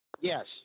Yes